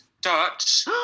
Dutch